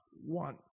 one